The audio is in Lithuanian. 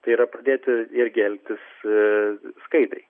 tai yra padėti irgi elgtis skaidriai